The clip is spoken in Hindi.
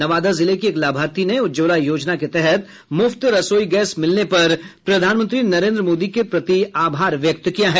नवादा जिले की एक लाभार्थी ने उज्ज्वला योजना के तहत मुफ्त रसोई गैस मिलने पर प्रधानमंत्री नरेन्द्र मोदी के प्रति आभार व्यक्त किया है